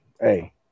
Hey